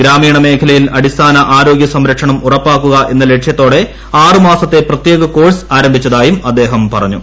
ഗ്രാമീണ മേഖലയിൽ അടിസ്ഥാന ആരോഗൃ സംരക്ഷണം ഉറപ്പാക്കുക എന്ന ലക്ഷ്യത്തോടെ ആറുമാസത്തെ പ്രത്യേക കോഴ്സ് ആരംഭിച്ചതായും അദ്ദേഹം പറഞ്ഞു